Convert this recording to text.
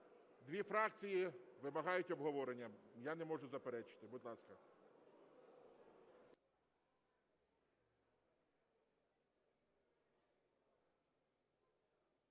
Дві фракції вимагають обговорення. Я не можу заперечити. Будь ласка.